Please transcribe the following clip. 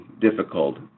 difficult